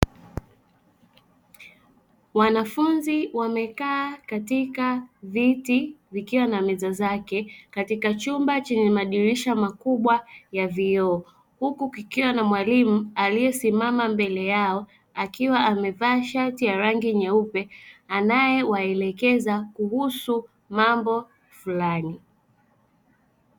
Wanafunzi wamekaa katika viti vikiwa na meza zake katika chumba chenye madirisha makubwa ya vioo huku kukiwa na mwalimu aliyesimama mbele yao akiwa amevaa shati ya rangi nyeupe anayewaelekeza kuhusu mambo fulani.